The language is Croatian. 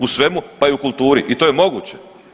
U svemu pa i u kulturi i to je moguće.